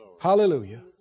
hallelujah